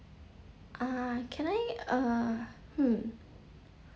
uh can I uh hmm